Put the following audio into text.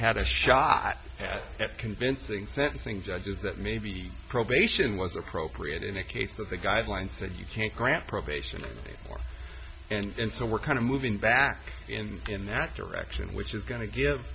had a shot at convincing sentencing judges that maybe probation was appropriate in a case that the guidelines that you can't grant probation and so we're kind of moving back in in that direction which is going to give